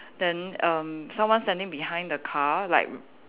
then erm someone standing behind the car like